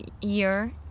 year